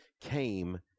came